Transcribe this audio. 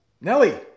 Nelly